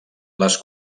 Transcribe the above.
les